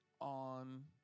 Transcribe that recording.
on